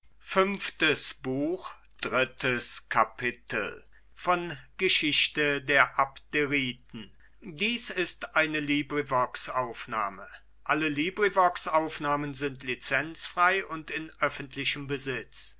demokritus dies ist